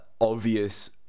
obvious